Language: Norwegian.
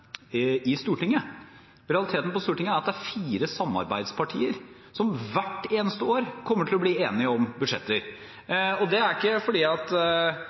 i Stortinget. Realiteten i Stortinget er at det er fire samarbeidspartier, som hvert eneste år kommer til å bli enige om budsjetter. Det er ikke fordi man ser at